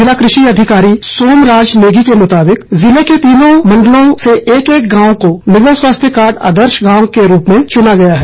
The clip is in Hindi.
ज़िला कृषि अधिकारी सोमराज नेगी के मुताबिक ज़िले के तीनों मंडलों से एक एक गांव को मृदा स्वास्थ्य कार्ड आदर्श गांव के रूप में चुना गया है